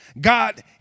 God